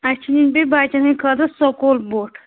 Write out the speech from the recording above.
اَسہِ چھِ ہیٚنۍ بیٚیہِ بَچن ہٕنٛدۍ خٲطرٕ سکوٗل بوٗٹھ